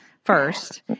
First